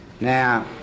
Now